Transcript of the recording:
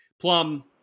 Plum